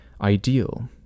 ideal